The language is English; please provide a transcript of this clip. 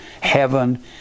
heaven